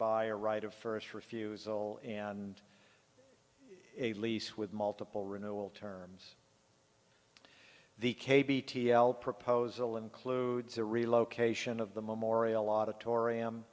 buy a right of first refusal and a lease with multiple renewal terms the k b t l proposal includes a relocation of the memorial auditorium